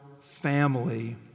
family